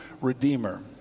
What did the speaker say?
redeemer